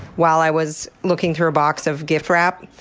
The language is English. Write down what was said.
while i was looking through a box of giftwrap,